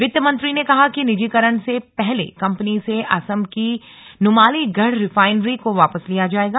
वित्तमंत्री ने कहा कि निजीकरण से पहले कंपनी से असम की नुमालीगढ़ रिफाइनरी को वापस लिया जाएगा